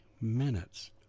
minutes